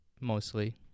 Mostly